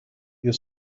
you